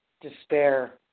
Despair